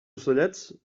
ocellets